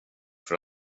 för